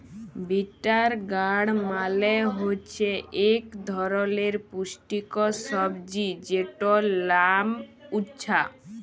bitter গাড় মালে হছে ইক ধরলের পুষ্টিকর সবজি যেটর লাম উছ্যা